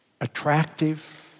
attractive